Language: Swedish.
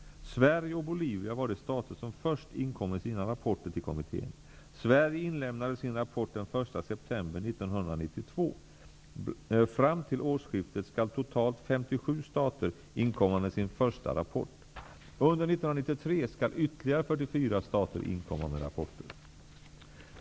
Sverige och Bolivia var de stater som först inkom med sina rapporter till kommittén. Sverige inlämnade sin rapport den 1 stater inkomma med sin första rapport. Under 1993 skall ytterligare 44 stater inkomma med rapporter.